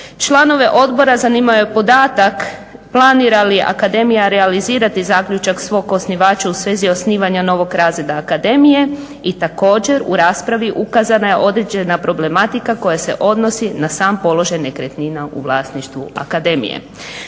Članove odbora zanimao je podatak planira li akademija realizirati zaključak svog osnivača u svezi osnivanja novog razreda akademije i također u raspravi ukazana je određena problematika koja se odnosi na sam položaj nekretnina u vlasništvu akademije.